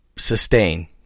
sustain